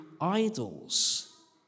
idols